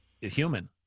human